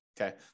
Okay